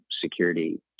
security